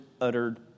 uttered